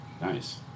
Nice